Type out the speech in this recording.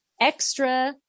extra